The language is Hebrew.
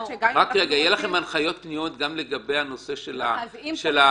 יהיו לכם הנחיות פנימיות גם לגבי הנושא של ההתיישנות?